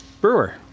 Brewer